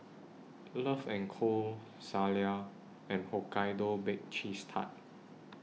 Love and Co Zalia and Hokkaido Baked Cheese Tart